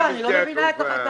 לא, אני לא מבינה את ההצעה.